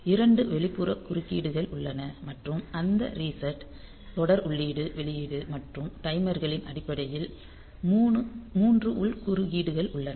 2 வெளிப்புற குறுக்கீடுகள் உள்ளன மற்றும் அந்த ரீசெட் தொடர் உள்ளீட்டு வெளியீடு மற்றும் டைமர்களின் அடிப்படையில் 3 உள் குறுக்கீடுகள் உள்ளன